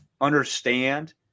understand